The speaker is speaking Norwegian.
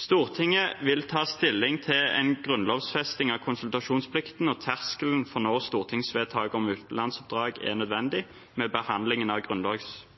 Stortinget vil ta stilling til en grunnlovfesting av konsultasjonsplikten og terskelen for når stortingsvedtak om utenlandsoppdrag er nødvendig,